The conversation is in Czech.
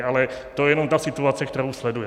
Ale to je jenom ta situace, kterou sledujeme.